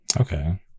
okay